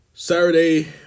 Saturday